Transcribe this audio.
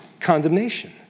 condemnation